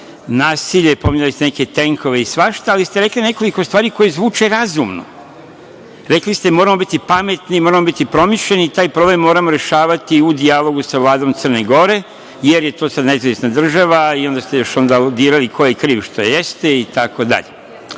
nasilje, pominjali ste neke tenkove, svašta, ali ste rekli neke stvari koje zvuče razumno. Rekli ste, moramo biti pametni, moramo biti promišljeni i taj problem moramo rešavati u dijalogu sa Vladom Crne Gore, jer je to sada nezavisna država i onda ste još aludirali ko je kriv, što jeste, itd. Evo,